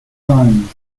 times